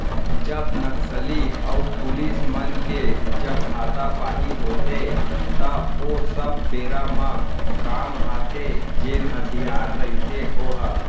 जब नक्सली अऊ पुलिस मन के जब हातापाई होथे त ओ सब बेरा म काम आथे जेन हथियार रहिथे ओहा